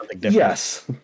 Yes